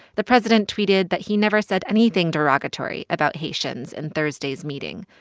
the president tweeted that he never said anything derogatory about haitians in thursday's meeting.